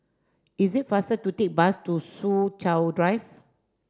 it is faster to take bus to Soo Chow Drive